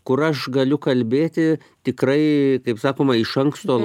kur aš galiu kalbėti tikrai kaip sakoma iš anksto